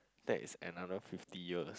that is another fifty years